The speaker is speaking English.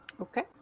Okay